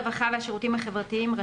הרווחה והשירותים החברתיים,